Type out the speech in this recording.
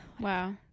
Wow